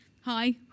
Hi